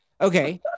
Okay